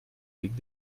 gegen